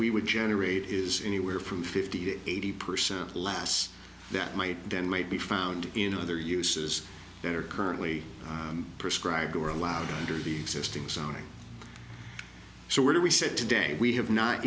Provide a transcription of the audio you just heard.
we would generate is anywhere from fifty to eighty percent less that might then might be found in other uses that are currently prescribed are allowed under the existing zoning so we said today we have not